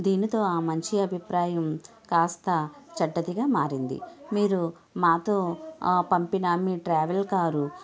దీంతో ఆ మంచి అభిప్రాయం కాస్త చెడ్డదిగా మారింది మీరు మాతో పంపిన మీ ట్రావెల్ కారు